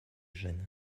jeunes